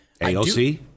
AOC